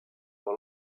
dans